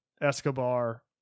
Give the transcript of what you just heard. Escobar